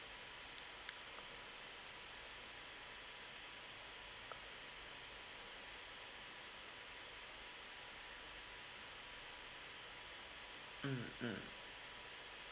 mm mm